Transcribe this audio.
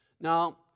Now